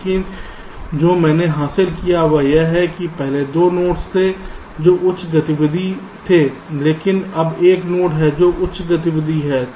लेकिन जो मैंने हासिल किया है वह यह है कि पहले 2 नोड्स थे जो उच्च गतिविधि थे लेकिन अब एक नोड है जो उच्च गतिविधि है